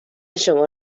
شما